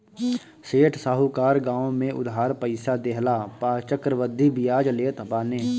सेठ साहूकार गांव में उधार पईसा देहला पअ चक्रवृद्धि बियाज लेत बाने